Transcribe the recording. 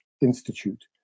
Institute